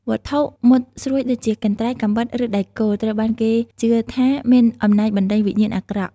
វត្ថុមុតស្រួចដូចជាកន្ត្រៃ កាំបិត ឬដែកគោល ត្រូវបានគេជឿថាមានអំណាចបណ្ដេញវិញ្ញាណអាក្រក់។